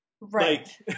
right